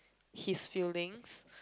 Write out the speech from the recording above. his feelings